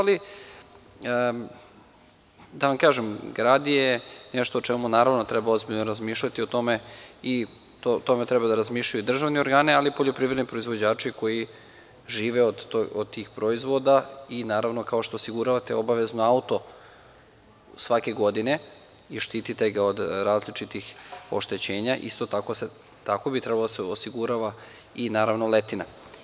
Ali, da vam kažem, grad je nešto o čemu naravno treba ozbiljno razmišljati o tome i o tome treba da razmišljaju državni organi, ali i poljoprivredni proizvođači koji žive od tih proizvoda i naravno kao što osiguravate obavezno auto svake godine i štitite ga od različitih oštećenja, isto tako bi trebalo da se osigurava i naravno letina.